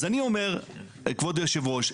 כבוד היושב-ראש,